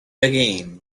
again